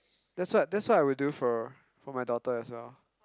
that's what that's what I would do for for my daughter as well